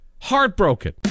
heartbroken